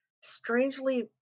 strangely